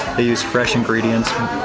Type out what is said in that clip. they use fresh ingredients.